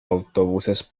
autobuses